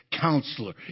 counselor